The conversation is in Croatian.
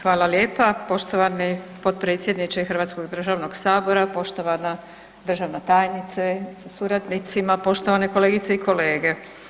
Hvala lijepa poštovani potpredsjedniče hrvatskog državnog Sabora, poštovana državna tajnice sa suradnicima, poštovane kolegice i kolege.